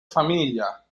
famiglia